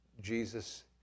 Jesus